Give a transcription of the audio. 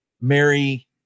mary